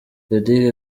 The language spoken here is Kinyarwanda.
lady